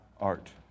art